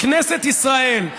בכנסת ישראל,